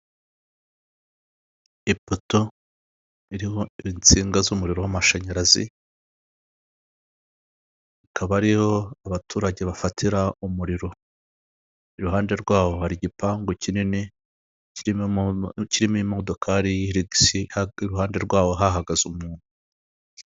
Ipoto iriho insinga z'umuriro w'amashanyarazi ikaba ariho abaturage bafatira umuriro. Iruhande rwaho hari igipangu kinini kirimo kirimo imodokari hirigisi, iruhande rwaho hahagaze umuntu.